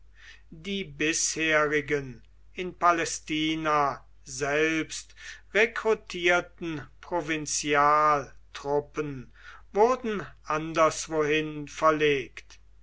die bisherigen in palästina selbst rekrutierten provinzialtruppen wurden anderswohin verlegt